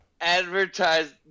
advertise